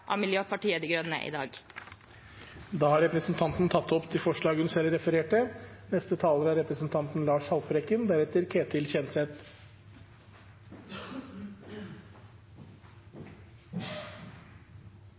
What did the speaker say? av Miljøpartiet De Grønne i dag. Representanten Sandra Borch har tatt opp de forslagene hun refererte